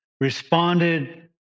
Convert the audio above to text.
responded